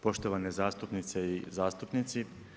Poštovane zastupnice i zastupnici.